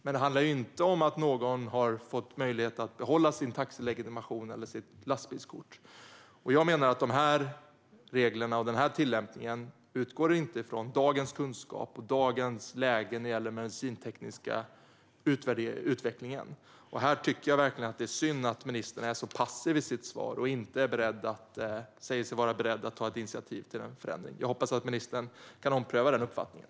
Men det handlar inte om att någon har fått möjlighet att behålla sin taxilegitimation eller sitt lastbilskort. Jag menar att de här reglerna och den här tillämpningen inte utgår från dagens kunskap och dagens läge när det gäller den medicintekniska utvecklingen. Här tycker jag verkligen att det är synd att ministern är så passiv i sitt svar och inte säger sig vara beredd att ta initiativ till en förändring. Jag hoppas att ministern kan ompröva den uppfattningen.